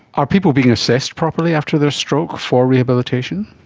are people being assessed properly after their stroke for rehabilitation?